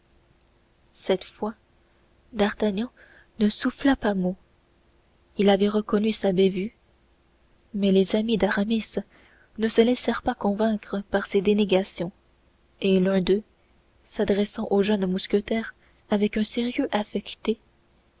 cette fois d'artagnan ne souffla pas mot il avait reconnu sa bévue mais les amis d'aramis ne se laissèrent pas convaincre par ses dénégations et l'un d'eux s'adressant au jeune mousquetaire avec un sérieux affecté